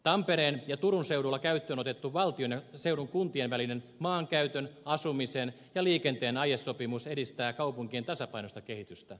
tampereen ja turun seuduilla käyttöön otettu valtion ja seudun kuntien välinen maankäytön asumisen ja liikenteen aiesopimus edistää kaupunkien tasapainoista kehitystä